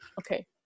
okay